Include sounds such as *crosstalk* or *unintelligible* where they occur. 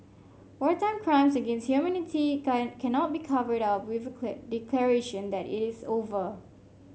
wartime crimes against humanity can cannot be covered up with *unintelligible* declaration that it is over